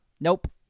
Nope